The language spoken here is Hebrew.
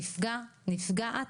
נפגע או נפגעת,